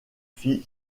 fit